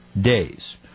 days